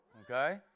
Okay